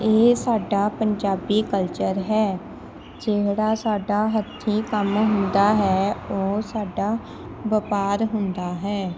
ਇਹ ਸਾਡਾ ਪੰਜਾਬੀ ਕਲਚਰ ਹੈ ਜਿਹੜਾ ਸਾਡਾ ਹੱਥੀਂ ਕੰਮ ਹੁੰਦਾ ਹੈ ਉਹ ਸਾਡਾ ਵਪਾਰ ਹੁੰਦਾ ਹੈ